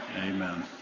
Amen